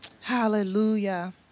Hallelujah